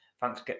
Thanks